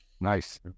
Nice